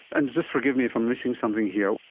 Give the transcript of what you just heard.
and just forgive me if i'm missing something here,